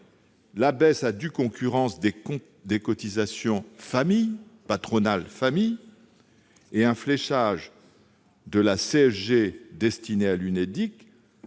la baisse à due concurrence des cotisations patronales à la branche famille et un fléchage de la CSG destinée à l'UNEDIC